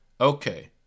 okay